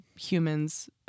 humans